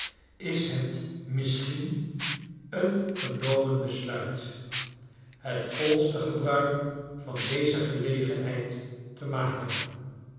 is het misschien een genomen besluit het volste gebruik van deze gelegenheid te maken